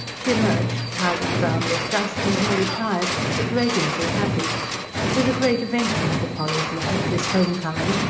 she emerged powdered brown with dust and very tired, but radiantly happy it was a great event in little polly's life, this homecoming,